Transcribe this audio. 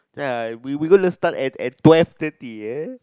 ya I we gonna start at at twelve thirty ya